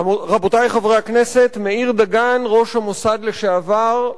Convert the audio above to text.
רבותי חברי הכנסת, מאיר דגן, ראש המוסד לשעבר,